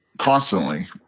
constantly